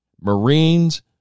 Marines